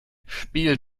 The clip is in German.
spiel